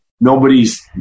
Nobody's